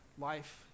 life